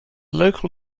local